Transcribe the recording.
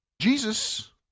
Jesus